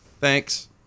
Thanks